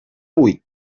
huit